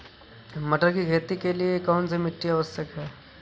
मटर की खेती के लिए कौन सी मिट्टी आवश्यक है?